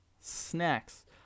snacks